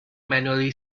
manually